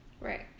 Right